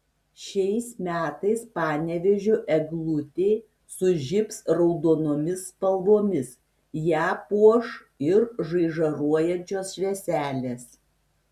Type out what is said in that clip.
šiais metais panevėžio eglutė sužibs raudonomis spalvomis ją puoš ir žaižaruojančios švieselės